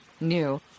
new